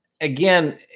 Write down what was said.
again